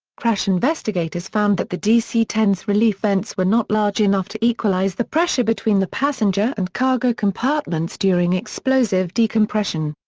crash investigators found that the dc ten s relief vents were not large enough to equalize the pressure between the passenger and cargo compartments during explosive decompression.